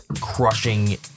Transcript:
crushing